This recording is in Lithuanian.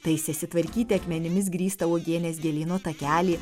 taisėsi tvarkyti akmenimis grįstą uogienės gėlyno takelį